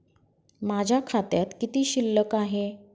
माझ्या खात्यात किती शिल्लक आहे?